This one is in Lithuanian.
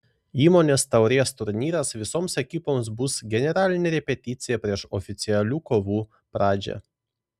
įmonės taurės turnyras visoms ekipoms bus generalinė repeticija prieš oficialių kovų pradžią